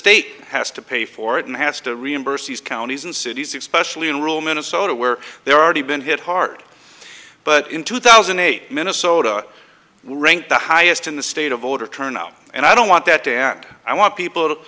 state has to pay for it and has to reimburse these counties and cities especially in rural minnesota where they're already been hit hard but in two thousand and eight minnesota were ranked the highest in the state of voter turnout and i don't want that to act i want people